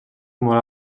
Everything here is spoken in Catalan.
molt